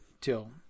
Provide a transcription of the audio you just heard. till